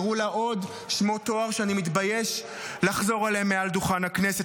קראו לה בעוד שמות תואר שאני מתבייש לחזור עליהם מעל דוכן הכנסת,